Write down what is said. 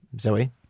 Zoe